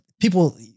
people